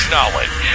Knowledge